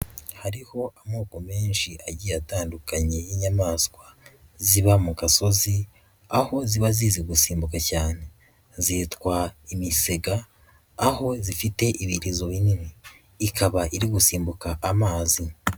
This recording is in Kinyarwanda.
Hariho amoko menshi agiye atandukanye y'inyamaswa ziba mu gasozi aho ziba zizi gusimbuka cyane zitwa imisega aho zifite ibirizo binini ikaba iri gusimbuka amazi.